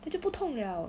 then 就不痛 liao